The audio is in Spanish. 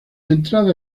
entrada